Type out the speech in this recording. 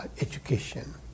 education